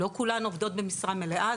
לא כולן עובדות במשרה מלאה,